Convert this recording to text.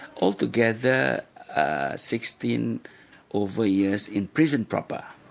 altogether sixteen of the years in prison proper.